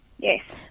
Yes